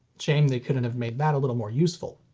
shame they couldn't have made that a little more useful.